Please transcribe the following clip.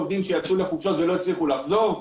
לכניסת עובדים שיצאו לחופשות ולא הצליחו לחזור.